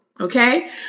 Okay